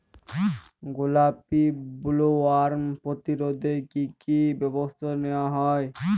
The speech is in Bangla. গোলাপী বোলওয়ার্ম প্রতিরোধে কী কী ব্যবস্থা নেওয়া হয়?